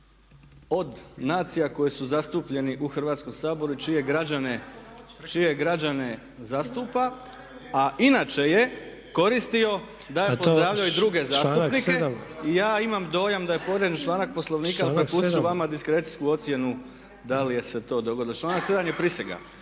od nacija koje su zastupljeni u Hrvatskom saboru čije građane zastupa a inače je koristio da pozdravlja i druge zastupnike i ja imam dojam da je povrijeđen članak Poslovnika, prepustit ću vama diskrecijsku ocijeni da li je se to dogodilo. Članak 7 je prisega.